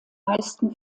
meisten